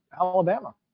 Alabama